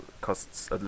costs